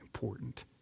Important